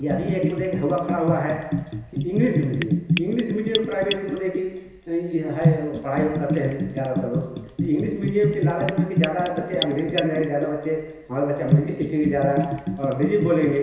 यह भी एक मतलब कि हउवा खड़ा हुआ है कि English medium English medium private school मतलब कि ई है वो पढ़ाई हो करते हैं ज़्यादातर लोग तो इंग्लिस मीडियम के लालच में कि ज़्यादा बच्चे अंग्रेज़ी जान जाएंगे ज़्यादा बच्चे हमारे बच्चे अंग्रेजी सीखेंगे ज़्यादा और अंग्रेजी बोलेंगे